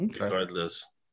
regardless